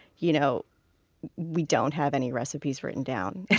you know we don't have any recipes written down, and